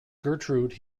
gertrude